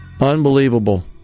Unbelievable